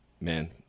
Man